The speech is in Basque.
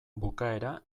bukaera